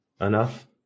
enough